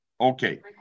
Okay